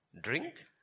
drink